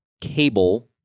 cable